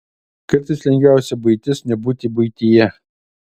kartais lengviausia buitis nebūti buityje